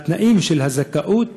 והתנאים של הזכאות,